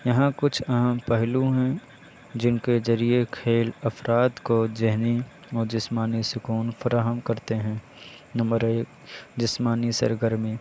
یہاں کچھ اہم پہلو ہیں جن کے ذریعے کھیل افراد کو ذہنی و جسمانی سکون فراہم کرتے ہیں نمبر ایک جسمانی سرگرمی